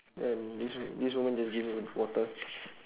and this wo~ this woman just give me water